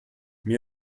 mir